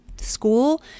school